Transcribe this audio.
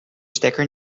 stekker